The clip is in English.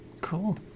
Cool